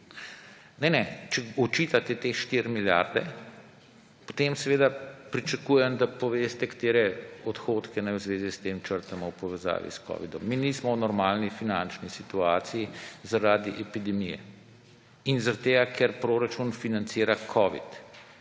Ne, ne, če očitate te 4 milijarde, potem pričakujem, da poveste, katere odhodke naj v zvezi s tem črtamo v povezavi s covidom. Mi nismo v normalni finančni situaciji zaradi epidemije in ker proračun financira covid